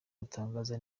gutangaza